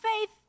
faith